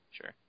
Sure